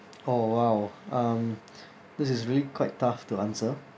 oh !wow! um this is really quite tough to answer